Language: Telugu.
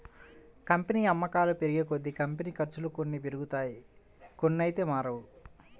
కంపెనీ అమ్మకాలు పెరిగేకొద్దీ, కంపెనీ ఖర్చులు కొన్ని పెరుగుతాయి కొన్నైతే మారవు